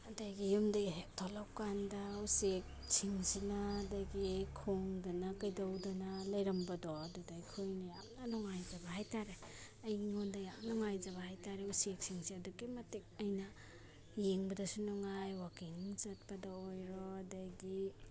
ꯑꯗꯒꯤ ꯌꯨꯝꯗꯒꯤ ꯍꯦꯛ ꯊꯣꯛꯂꯛꯄ ꯀꯥꯟꯗ ꯎꯆꯦꯛꯁꯤꯡꯁꯤꯅ ꯑꯗꯒꯤ ꯈꯣꯡꯗꯅ ꯀꯩꯗꯧꯗꯅ ꯂꯩꯔꯝꯕꯗꯣ ꯑꯗꯨꯗ ꯑꯩꯈꯣꯏꯅ ꯌꯥꯝꯅ ꯅꯨꯡꯉꯥꯏꯖꯕ ꯍꯥꯏꯇꯔꯦ ꯑꯩꯉꯣꯟꯗ ꯌꯥꯝ ꯅꯨꯡꯉꯥꯏꯖꯕ ꯍꯥꯏꯇꯔꯦ ꯎꯆꯦꯛꯁꯤꯡꯁꯦ ꯑꯗꯨꯛꯀꯤ ꯃꯇꯤꯛ ꯑꯩꯅ ꯌꯦꯡꯕꯗꯁꯨ ꯅꯨꯡꯉꯥꯏ ꯋꯥꯛꯀꯤꯡ ꯆꯠꯄꯗ ꯑꯣꯏꯔꯣ ꯑꯗꯒꯤ